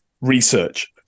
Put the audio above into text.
research